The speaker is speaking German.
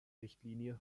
richtlinie